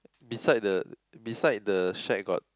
beside the beside the shack got